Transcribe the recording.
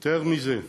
יותר מזה,